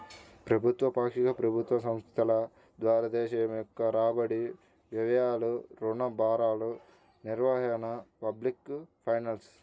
ప్రభుత్వ, పాక్షిక ప్రభుత్వ సంస్థల ద్వారా దేశం యొక్క రాబడి, వ్యయాలు, రుణ భారాల నిర్వహణే పబ్లిక్ ఫైనాన్స్